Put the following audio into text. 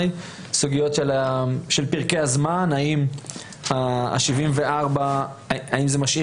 סוגיות של פרקי הזמן האם 74 יום זה טווח שמשאיר